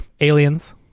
Aliens